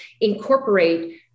incorporate